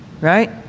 right